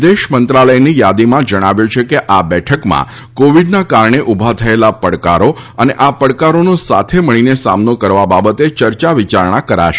વિદેશમંત્રાલયની યાદીમાં જણાવ્યું છે કે આ બેઠકમાં કોવિડના કારણે ઊભા થયેલા પડકારો તથા આ પડકારોનો સાથે મળીને સામનો કરવા બાબતે ચર્ચા વિચારણા કરાશે